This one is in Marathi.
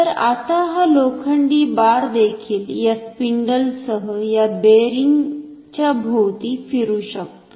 तर आता हा लोखंडी बार देखील या स्पिंडलसह या बेअरिंग च्या भोवती फिरू शकतो